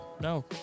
No